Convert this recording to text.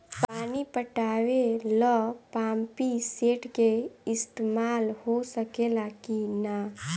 पानी पटावे ल पामपी सेट के ईसतमाल हो सकेला कि ना?